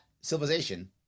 civilization